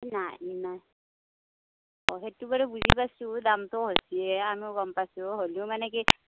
নাই নাই অঁ সেইটো বাৰু বুজি পাইছোঁ দামটো হৈছেয়ে আমিও গম পাইছোঁ হ'লেও মানে কি